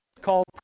called